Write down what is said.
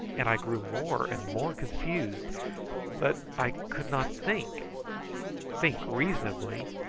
and i grew more and more confused but i could not think think reasonably,